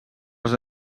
els